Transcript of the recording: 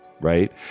right